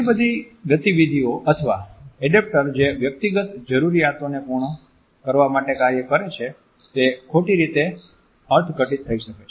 ઘણી બધી ગતિવિધિઓ અથવા એડેપ્ટર જે વ્યક્તિગત જરૂરિયાતોને પૂર્ણ કરવા માટે કાર્ય કરે છે તે ખોટી રીતે અર્થઘટિત થઈ શકે છે